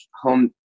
home